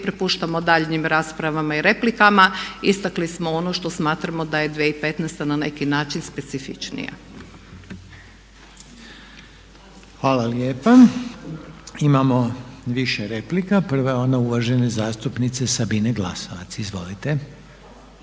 Prepuštamo daljnjem raspravama i replikama. Istakli smo ono što smatramo da je 2015. na neki način specifičnija. **Reiner, Željko (HDZ)** Hvala lijepa. Imamo više replika. Prva je ona uvažene zastupnice Sabine Glasovac. Izvolite.